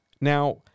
Now